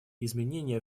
изменения